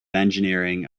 engineering